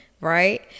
right